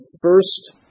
first